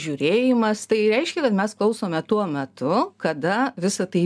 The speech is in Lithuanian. žiūrėjimas tai reiškia kad mes klausome tuo metu kada visa tai